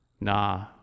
Nah